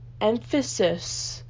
emphasis